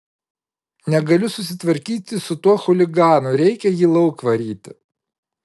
negaliu susitvarkyti su tuo chuliganu reikia jį lauk varyti